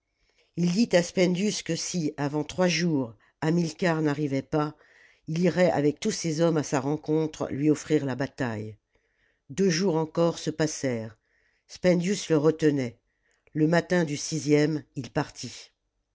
il dit à spendius que si avant trois jours hamilcar n'arrivait pas il irait avec tous ses hommes à sa rencontre lui offrir la bataille deux jours encore se passèrent spendius le retenait le matin du sixième il partit